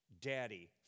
daddy